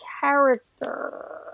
character